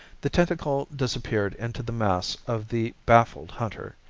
the tentacle disappeared into the mass of the baffled hunter.